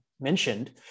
mentioned